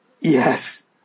Yes